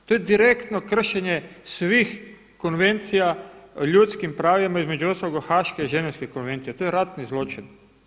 To je direktno kršenje svih konvencija o ljudskim pravima između ostaloga Haške i Ženevske konvencije, to je ratni zločin.